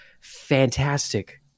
fantastic